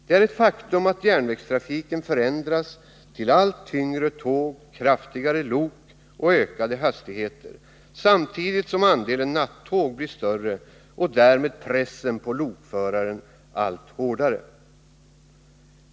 Det är ett faktum att järnvägstrafiken förändras mot allt tyngre tåg, kraftigare lok och ökade hastigheter samtidigt som andelen nattåg blir större och därmed pressen på lokföraren allt hårdare.